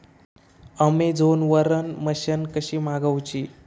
Amazon वरन machine कशी मागवची?